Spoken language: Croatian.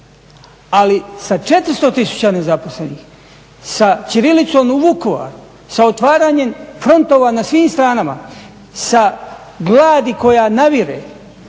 ali sa 400 tisuća nezaposlenih sa ćirilicom u Vukovaru, sa otvaranjem frontova na svim stranama, sa gladi koja navire,